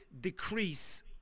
decrease